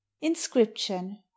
Inscription